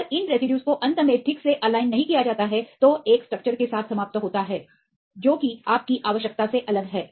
अगर इन रेसिड्यूज को अंत में ठीक से एलाइनमेंट नहीं किया जाता है तो एक स्ट्रक्चर के साथ समाप्त होता है जो कि आपकी आवश्यकता से अलग है